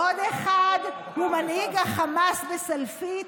עוד אחד הוא מנהיג החמאס בסלפית,